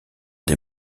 des